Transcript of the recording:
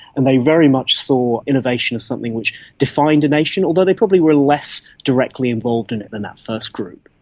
and they very much saw innovation as something which defined a nation, although they probably were less directly involved in it than that first group.